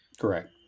Correct